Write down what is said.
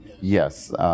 yes